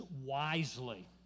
wisely